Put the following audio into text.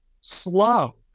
slow